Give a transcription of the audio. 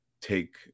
take